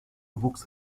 wuchs